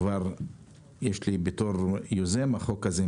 ויש לי בתור יוזם החוק הזה,